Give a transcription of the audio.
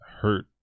hurt